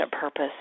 purpose